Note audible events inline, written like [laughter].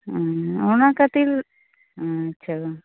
ᱦᱩᱸᱻ ᱚᱱᱟ ᱠᱷᱟ ᱛᱤᱨ ᱦᱩᱸ ᱟᱪᱪᱷᱟ [unintelligible]